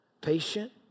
patient